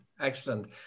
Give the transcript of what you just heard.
excellent